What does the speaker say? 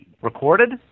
Recorded